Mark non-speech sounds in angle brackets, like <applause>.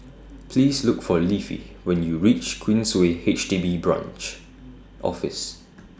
<noise> Please Look For Leafy when YOU REACH Queensway H D B Branch Office <noise>